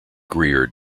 greer